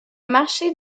marché